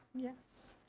yes.